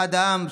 אחד העם,